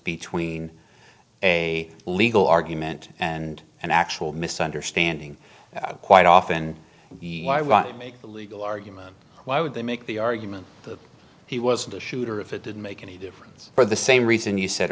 between a legal argument and an actual misunderstanding quite often i want to make the legal argument why would they make the argument that he wasn't a shooter if it didn't make any difference for the same reason you said